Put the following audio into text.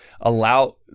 allow